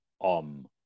om